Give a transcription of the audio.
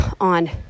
on